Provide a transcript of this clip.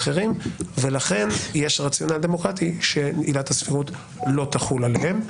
ולכן יש רציונל דמוקרטי שעילת הסבירות לא תחול עליהם.